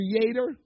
creator